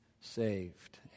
saved